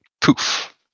poof